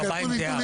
תקשיבו לי.